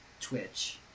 Twitch